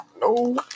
no